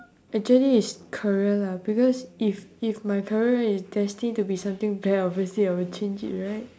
actually is career lah because if if my career right is destine to be something bad obviously I would change it right